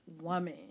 woman